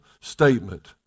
statement